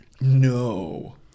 No